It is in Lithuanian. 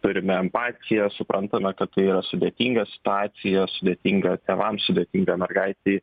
turime empatijos suprantame kad tai yra sudėtinga situacija sudėtinga tėvams sudėtinga mergaitei